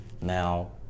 Now